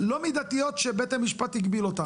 לא מידתיות שבית המשפט הגביל אותנו.